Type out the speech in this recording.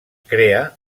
crea